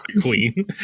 queen